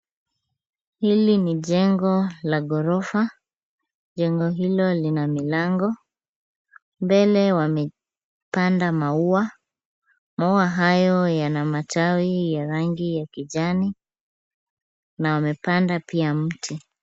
Hili ni jengo la ghorofa, jengo hilo lina milango, mbele wamepanda maua, maua hayo yana matawi ya rangi ya kijani na wamepanda pia mti.